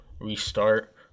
restart